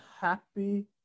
happy